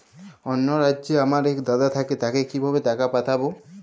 অন্য রাজ্যে আমার এক দাদা থাকে তাকে কিভাবে টাকা পাঠাবো?